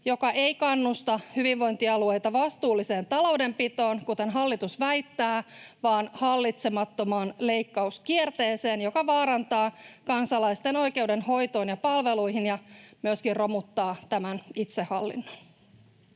joka ei kannusta hyvinvointialueita vastuulliseen taloudenpitoon, kuten hallitus väittää, vaan hallitsemattomaan leikkauskierteeseen, joka vaarantaa kansalaisten oikeuden hoitoon ja palveluihin ja myöskin romuttaa tämän itsehallinnon.